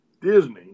Disney